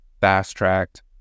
fast-tracked